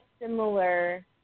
similar